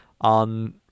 on